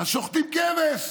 אז שוחטים כבש.